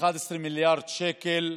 11 מיליארד שקל,